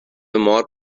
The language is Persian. مار